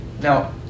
Now